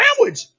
sandwich